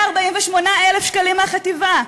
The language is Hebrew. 148,000 שקלים מהחטיבה.